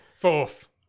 Fourth